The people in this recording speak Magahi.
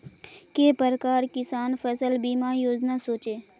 के प्रकार किसान फसल बीमा योजना सोचें?